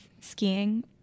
skiing